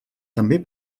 també